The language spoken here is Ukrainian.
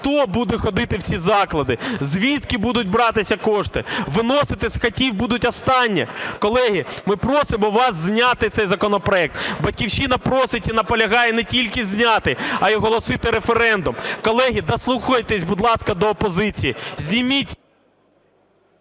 хто буде ходити в ці заклади? Звідки будуть братися кошти? Виносити з хатів будуть останнє? Колеги, ми просимо вас зняти цей законопроект. "Батьківщина" просить і наполягає не тільки зняти, а і оголосити референдум. Колеги, дослухайтесь, будь ласка, до опозиції, зніміть…